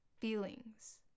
feelings